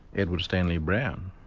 edward stanley brown.